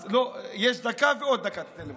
אז לא, יש דקה, ועוד דקה תיתן לי עכשיו.